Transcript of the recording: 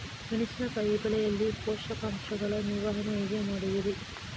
ಮೆಣಸಿನಕಾಯಿ ಬೆಳೆಯಲ್ಲಿ ಪೋಷಕಾಂಶಗಳ ನಿರ್ವಹಣೆ ಹೇಗೆ ಮಾಡುವಿರಿ?